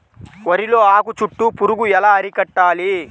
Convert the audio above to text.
వరిలో ఆకు చుట్టూ పురుగు ఎలా అరికట్టాలి?